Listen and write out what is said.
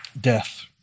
death